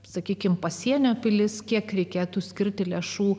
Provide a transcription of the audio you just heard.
sakykime pasienio pilis kiek reikėtų skirti lėšų